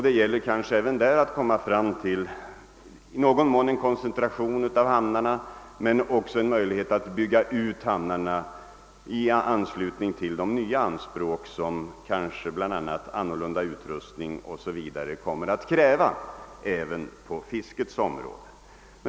Det gäller även på detta område att i någon mån få till stånd en koncentration av hamnarna men också att bygga ut hamnarna i anslutning till de nya anspråk som kanske bl a. annan utrustning o.s.v. kommer att ställa även på fiskets område.